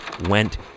went